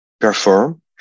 perform